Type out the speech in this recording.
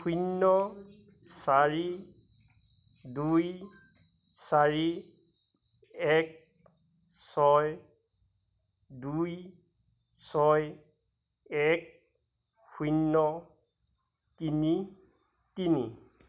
শূন্য চাৰি দুই চাৰি এক ছয় দুই ছয় এক শূন্য তিনি তিনি